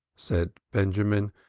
said benjamin,